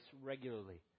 regularly